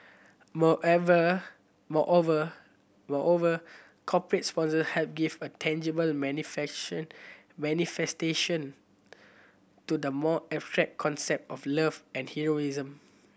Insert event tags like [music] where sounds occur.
[unintelligible] moreover moreover corporate sponsor help give a tangible [unintelligible] manifestation to the more abstract concept of love and heroism